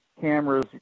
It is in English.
cameras